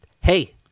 hey